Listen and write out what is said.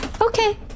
Okay